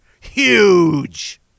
huge